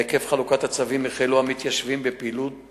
עקב חלוקת הצווים החלו המתיישבים בפעילות